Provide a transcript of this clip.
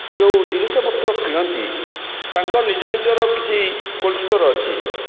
ଯେଉଁ ଜିନିଷପତ୍ର କିଣନ୍ତି ତାଙ୍କ ନିଜ ନିଜର କିଛି କୋଲ୍ଡ ଷ୍ଟୋର୍ ଅଛି